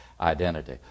identity